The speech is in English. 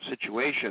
situation